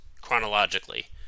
chronologically